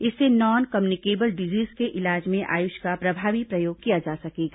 इससे non communicable disease के इलाज में आयुष का प्रभावी प्रयोग किया जा सकेगा